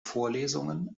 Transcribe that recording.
vorlesungen